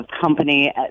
company